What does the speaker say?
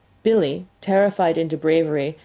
billee, terrified into bravery,